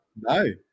No